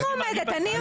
איזה מועמדת?